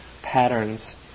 patterns